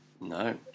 No